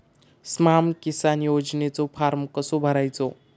स्माम किसान योजनेचो फॉर्म कसो भरायचो?